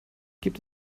gibt